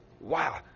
Wow